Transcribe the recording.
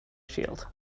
shield